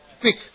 Quick